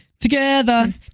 Together